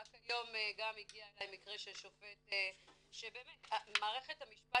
רק היום גם הגיע אלי מקרה של שופט שבאמת מערכת המשפט